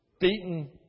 beaten